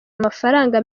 amafaranga